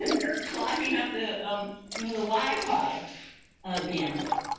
so they're clogging up the um you know the wi-fi ah bandwidth.